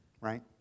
right